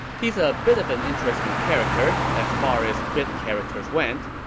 he's a bit of and interesting character, as far as bit characters went.